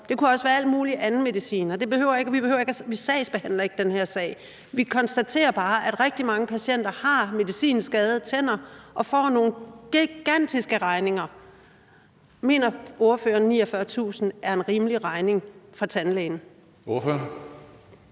Det kunne også være al mulig anden medicin – vi sagsbehandler ikke den her sag. Vi konstaterer bare, at rigtig mange patienter har medicinskadede tænder og får nogle gigantiske regninger. Mener ordføreren, at 49.000 kr. er en rimelig regning fra tandlægen?